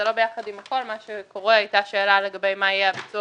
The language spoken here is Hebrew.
זה לא ביחד עם הכול כי הייתה שאלה מה יהיה הביצוע